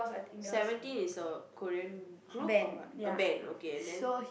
seventeen is a Korean group or what a band okay and then